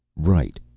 right.